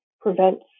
prevents